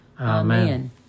Amen